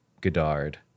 Godard